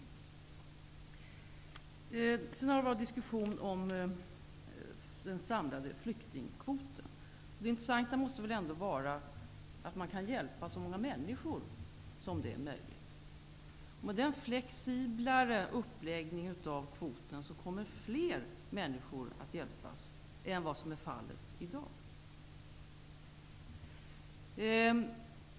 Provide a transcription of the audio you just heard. Det har varit diskussion om den samlade flyktingkvoten. Det intressanta måste väl ändå vara att man kan hjälpa så många människor som det är möjligt. Med en flexiblare uppläggning av kvoten kommer fler människor att hjälpas än vad som är fallet i dag.